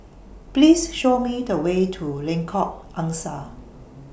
Please Show Me The Way to Lengkok Angsa